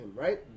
right